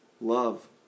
love